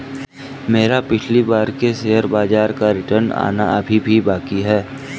मेरा पिछली बार के शेयर बाजार का रिटर्न आना अभी भी बाकी है